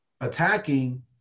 attacking